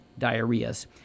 diarrheas